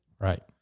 Right